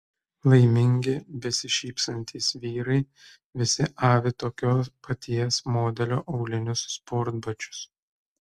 laimingi besišypsantys vyrai visi avi tokio paties modelio aulinius sportbačius